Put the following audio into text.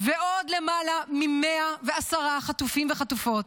ושל עוד למעלה מ-110 חטופים וחטופות.